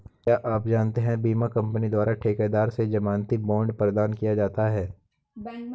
क्या आप जानते है बीमा कंपनी द्वारा ठेकेदार से ज़मानती बॉण्ड प्रदान किया जाता है?